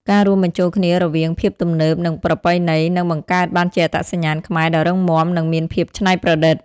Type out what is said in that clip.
ការរួមបញ្ចូលគ្នារវាង "ភាពទំនើប" និង "ប្រពៃណី" នឹងបង្កើតបានជាអត្តសញ្ញាណខ្មែរដ៏រឹងមាំ និងមានភាពច្នៃប្រឌិត។